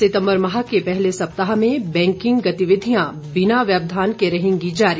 सितम्बर माह के पहले सप्ताह में बैंकिंग गतिविधियां बिना व्यवधान के रहेंगी जारी